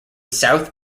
south